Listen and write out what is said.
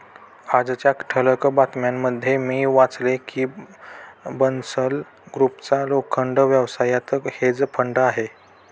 आजच्या ठळक बातम्यांमध्ये मी वाचले की बन्सल ग्रुपचा लोखंड व्यवसायात हेज फंड आहे